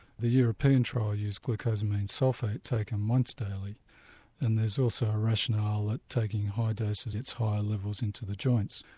the european trial used glucosamine sulphate taken once daily and there's also a rationale that taking high doses it's higher levels into the joints.